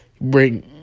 bring